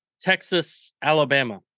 Texas-Alabama